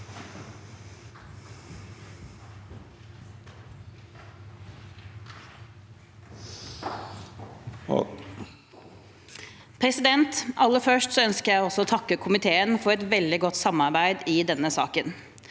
Aller først ønsker jeg også takke komiteen for et veldig godt samarbeid i denne saken.